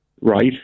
Right